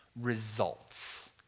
results